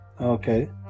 Okay